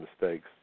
mistakes